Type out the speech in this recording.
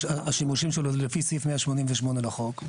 השימושים שלו זה לפי סעיף 188 לחוק?